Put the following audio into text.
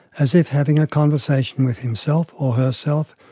as if having a conversation with himself, or herself,